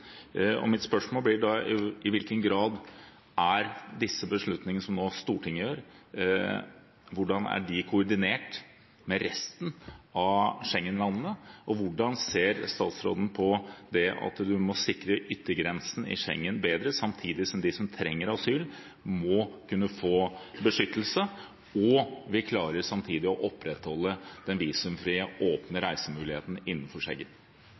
Mitt spørsmål blir da: På hvilken måte er de beslutningene som Stortinget nå gjør, koordinert med resten av Schengen-landene, og hvordan ser statsråden på det at en må sikre yttergrensen i Schengen bedre, samtidig som de som trenger asyl, må kunne få beskyttelse, samtidig som vi klarer å opprettholde den visumfrie, åpne reisemuligheten innenfor